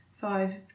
five